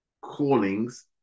callings